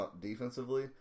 defensively